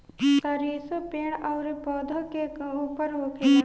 सरीसो पेड़ अउरी पौधा के ऊपर होखेला